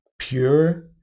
pure